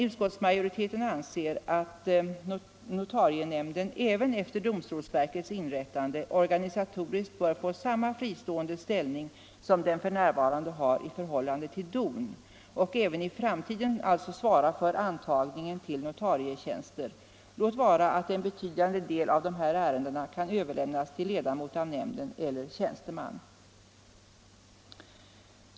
Utskottsmajoriteten anser emellertid att NON även efter domstolsverkets inrättande organisatoriskt bör få samma fristående ställning som den f.n. har i förhållande till DON och även i framtiden svara för antagningen till notarietjänster, låt vara att en betydande del av ärendena kan överlämnas till ledamot av nämnden eller tjänsteman.